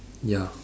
ya